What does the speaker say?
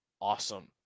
awesome